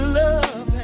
love